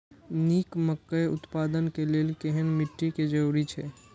निक मकई उत्पादन के लेल केहेन मिट्टी के जरूरी छे?